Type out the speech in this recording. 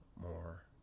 more